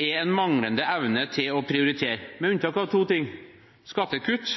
er en manglende evne til å prioritere, med unntak av to ting: skattekutt